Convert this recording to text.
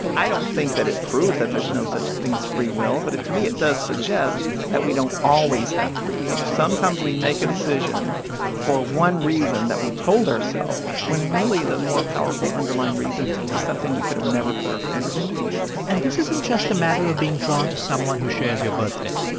i don't think that it proves that there's no such thing as free will. but it to me, it does suggest that we don't always have free will. sometimes we make a decision for one reason that we told ourself when really, the more powerful underlying reason is something we could've never put our fingers on and this isn't just a matter of being drawn to someone who shares your birthday.